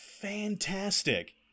fantastic